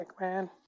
man